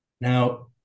Now